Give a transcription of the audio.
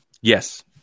Yes